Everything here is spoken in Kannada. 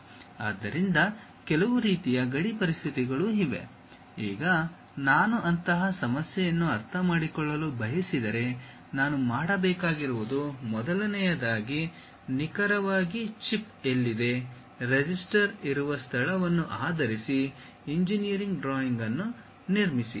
ಆದ್ದರಿಂದ ಕೆಲವು ರೀತಿಯ ಗಡಿ ಪರಿಸ್ಥಿತಿಗಳು ಇವೆ ಈಗ ನಾನು ಅಂತಹ ಸಮಸ್ಯೆಯನ್ನು ಅರ್ಥಮಾಡಿಕೊಳ್ಳಲು ಬಯಸಿದರೆ ನಾನು ಮಾಡಬೇಕಾಗಿರುವುದು ಮೊದಲನೆಯದಾಗಿ ನಿಖರವಾಗಿ ಚಿಪ್ ಎಲ್ಲಿದೆ ರೆಸಿಸ್ಟರ್ ಇರುವ ಸ್ಥಳವನ್ನು ಆಧರಿಸಿ ಇಂಜಿನಿಯರಿಂಗ್ ಡ್ರಾಯಿಂಗ್ ಅನ್ನು ನಿರ್ಮಿಸಿ